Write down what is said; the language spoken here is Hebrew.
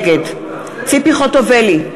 נגד ציפי חוטובלי,